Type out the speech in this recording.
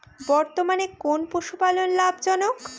বর্তমানে কোন পশুপালন লাভজনক?